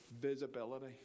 visibility